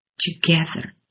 together